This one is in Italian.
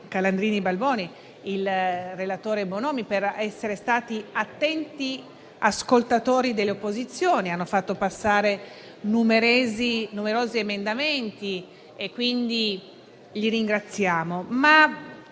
Calandrini e Balboni, e il relatore Damiani, per essere stati attenti ascoltatori delle opposizioni. Hanno fatto passare numerosi emendamenti e quindi li ringraziamo.